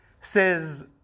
says